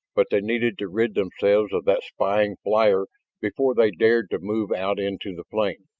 but they needed to rid themselves of that spying flyer before they dared to move out into the plain.